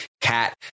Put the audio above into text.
Cat